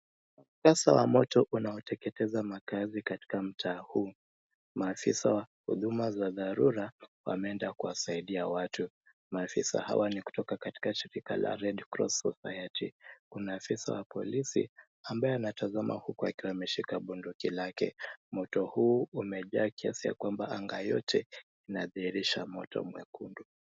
Mkasa wa moto unaoteketeza makazi katika mtaa huu. Maafisa wa huduma za dharura wameenda kuwasaidia watu. Maafisa hawa ni kutoka shirika la Red Cross Society. Kuna afisa wa polisi, ambaye anatazama huku akiwa ameshika bunduki lake. Moto huu umejaa kiasi ya kwamba anga yote inadhihirisha moto mwekundu.